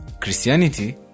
Christianity